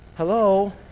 hello